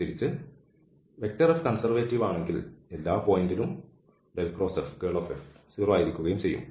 തിരിച്ച് F conservative ആണെങ്കിൽ എല്ലാ പോയിന്റിലും F0ആയിരിക്കുകയും ചെയ്യും